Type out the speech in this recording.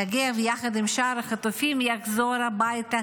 יגב, יחד עם שאר החטופים, יחזור הביתה.